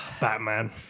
Batman